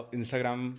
Instagram